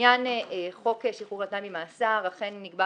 לעניין חוק שחרור על-תנאי ממאסר, אכן כבר נקבע